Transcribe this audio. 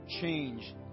change